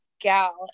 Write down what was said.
gal